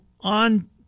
on